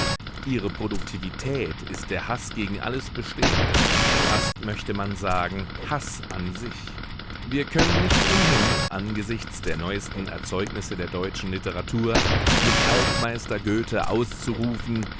ihre produktivität ist der haß gegen alles bestehende fast möchte man sagen haß an sich wir können nicht umhin angesichts der neuesten erzeugnisse der deutschen literatur mit altmeister goethe auszurufen